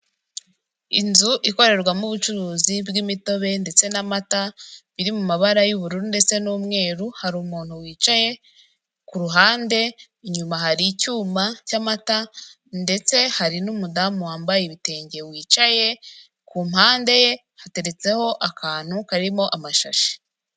Inzu ikorerwamo ubucuruzi bw'imitobe ndetse n'amata biri mu mabara y'ubururu ndetse n'umweru hari umuntu wicaye ku ruhande inyuma hari icyuma cy'amata ndetse hari n'umudamu wambaye ibitenge wicaye ku mpande ye hateretseho akantu karimo amashashi.